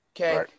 Okay